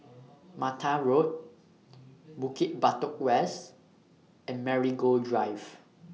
Mata Road Bukit Batok West and Marigold Drive